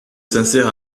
sincère